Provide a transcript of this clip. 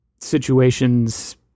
situations